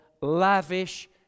lavish